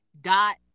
dot